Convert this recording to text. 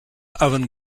oven